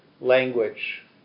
language